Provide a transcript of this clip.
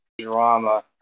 drama